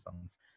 songs